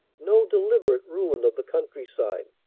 no deliberate ruin of the countryside.